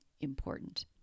important